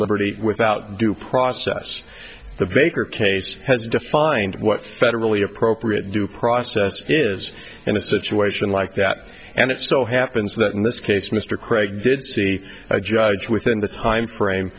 liberty without due process the baker case has defined what federally appropriate due process is and a situation like that and it so happens that in this case mr craig did see a judge within the timeframe